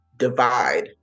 divide